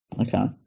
Okay